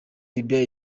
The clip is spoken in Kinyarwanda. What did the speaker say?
libya